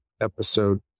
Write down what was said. episode